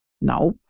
No